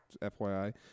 FYI